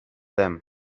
them